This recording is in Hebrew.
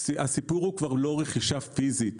הסיפור הוא כבר לא רכישה פיזית.